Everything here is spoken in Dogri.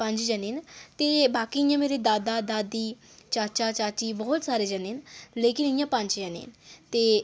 पंज जने न ते बाकी इ'यां मेरे दादा दादी चाचा चाची बहुत सारे जने न लेकिन इ'यां पंज जने न ते